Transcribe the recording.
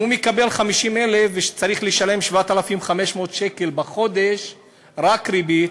אם הוא מקבל 50,000 שקל וצריך לשלם 7,500 שקל בחודש רק ריבית,